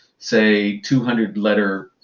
say two hundred letter,